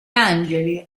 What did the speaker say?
angeli